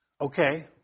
Okay